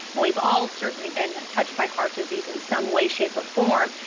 and we've all certainly been touched by heart disease in some way, shape or form.